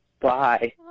Bye